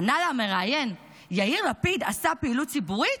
ענה לה המראיין: יאיר לפיד עשה פעילות ציבורית?